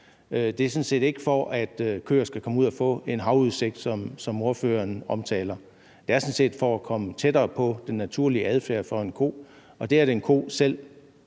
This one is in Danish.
set ikke, for at køer skal komme ud og få en havudsigt, som ordføreren siger. Det er sådan set for at komme tættere på den naturlige adfærd for en ko. Og det, at en ko selv